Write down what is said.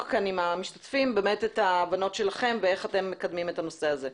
כאן עם המשתתפים את ההבנות שלכם ואיך אתם מקדמים את הנושא הזה.